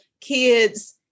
kids